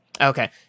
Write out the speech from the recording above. okay